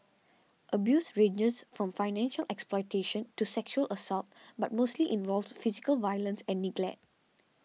abuse ranges from financial exploitation to sexual assault but mostly involves physical violence and neglect